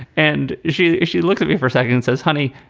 and she she looked at me for seconds, says, honey,